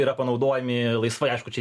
yra panaudojami laisvai aišku čia